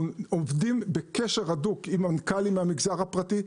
אנחנו עומדים בקשר הדוק עם מנכ"לים מהמגזר הפרטי,